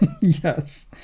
Yes